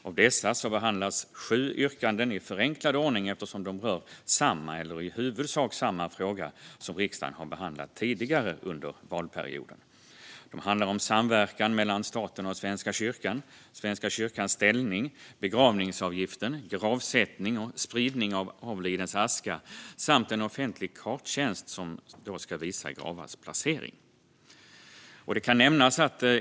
Av dessa behandlas sju yrkanden i förenklad ordning eftersom de rör samma eller i huvudsak samma fråga som riksdagen har behandlat tidigare under valperioden. De handlar om samverkan mellan staten och Svenska kyrkan, Svenska kyrkans ställning, begravningsavgiften, gravsättning och spridning av avlidens aska samt en offentlig karttjänst som ska visa gravars placering.